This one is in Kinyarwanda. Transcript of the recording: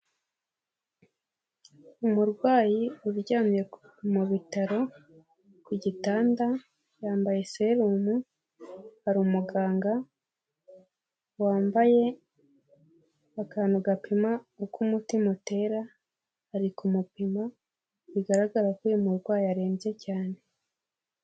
Umurwayi uryamye mu bitaro ku gitanda, yambaye serumu hari umuganga wambaye akantu gapima uko umutima utera ari kumupima, bigaragara ko uyu murwayi arembye cyane.